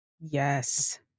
Yes